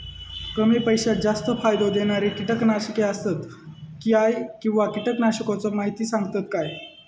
कमी पैशात जास्त फायदो दिणारी किटकनाशके आसत काय किंवा कीटकनाशकाचो माहिती सांगतात काय?